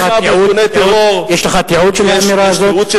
תמיכה בארגוני טרור, יש לך תיעוד של האמירה הזאת?